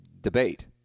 debate